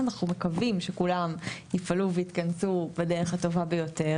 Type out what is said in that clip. אנחנו מקווים שכולם יפעלו ויתכנסו בדרך הטובה ביותר,